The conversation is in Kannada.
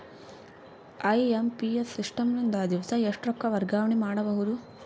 ಐ.ಎಂ.ಪಿ.ಎಸ್ ಸಿಸ್ಟಮ್ ನಿಂದ ದಿವಸಾ ಎಷ್ಟ ರೊಕ್ಕ ವರ್ಗಾವಣೆ ಮಾಡಬಹುದು?